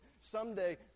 Someday